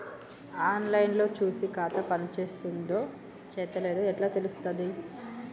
On line లో చూసి ఖాతా పనిచేత్తందో చేత్తలేదో ఎట్లా తెలుత్తది?